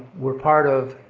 were part of,